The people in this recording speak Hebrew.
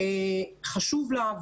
חשוב לה,